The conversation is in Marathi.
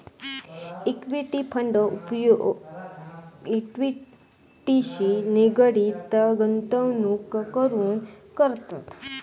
इक्विटी फंड उपयोग इक्विटीशी निगडीत गुंतवणूक करूक करतत